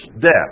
death